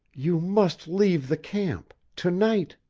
you must leave the camp to-night.